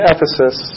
Ephesus